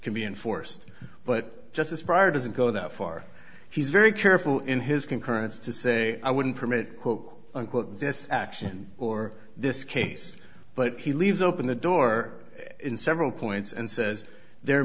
can be enforced but justice pryor doesn't go that far he's very careful in his concurrence to say i wouldn't permit quoque unquote this action or this case but he leaves open the door in several points and says there